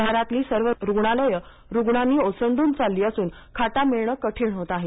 शहरातली सर्व रुग्णालयं रुग्णांनी ओसंडून चालली असून खाटा मिळणे कठीण होत आहे